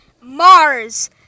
Mars